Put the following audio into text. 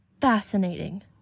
fascinating